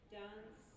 dance